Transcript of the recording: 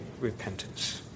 repentance